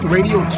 Radio